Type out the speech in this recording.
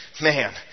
man